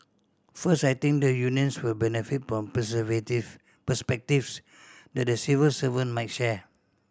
first I think the unions will benefit from perspectives that the civil servant might share